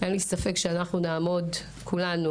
אין לי ספק שנעמוד כולנו,